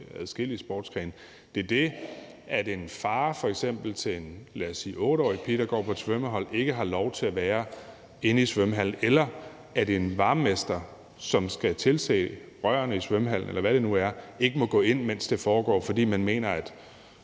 lad os sige en 8-årig pige, der går på et svømmehold, ikke har lov til at være inde i svømmehallen, eller at en varmemester, som skal tilse rørene i svømmehallen, eller hvad det nu er, ikke må gå ind, mens det foregår, fordi man mener,